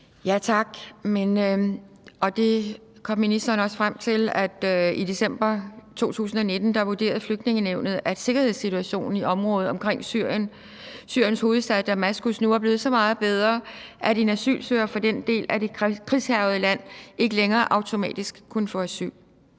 Tak. Det kom ministeren også frem til, nemlig at i december 2019 vurderede Flygtningenævnet, at sikkerhedssituationen i området omkring Syriens hovedstad Damaskus nu var blevet så meget bedre, at en asylsøger fra den del af det krigshærgede land ikke længere automatisk kunne få asyl.